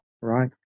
right